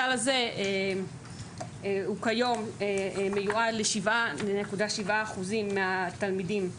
הסל הזה כיום מיועד ל-7.7% מהתלמידים